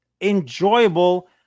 enjoyable